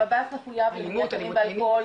המב"ס מחויב למניעת סמים ואלכוהול,